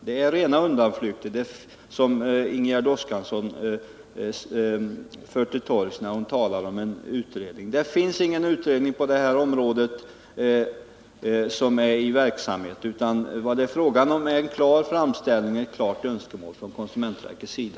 Det är rena undanflykter som Ingegärd Oskarsson för till torgs när hon talar om utredningar. Det finns inga utredningar på detta område som är i verksamhet. Vad det är fråga om är en klar framställning och ett klart önskemål från konsumentverkets sida.